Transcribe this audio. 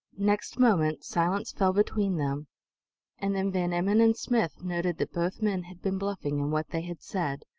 next moment silence fell between them and then van emmon and smith noted that both men had been bluffing in what they had said.